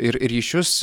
ir ryšius